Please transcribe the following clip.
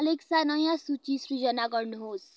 Alexa नयाँ सूची सृर्जना गर्नुहोस्